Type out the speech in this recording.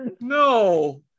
No